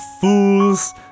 fools